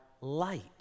light